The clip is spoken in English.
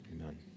amen